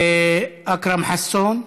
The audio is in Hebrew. אכרם חסון.